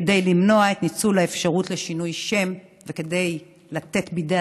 כדי למנוע את ניצול האפשרות לשינוי שם וכדי לתת בידי